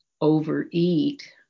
overeat